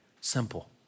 Simple